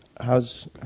How's